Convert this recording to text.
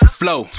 flow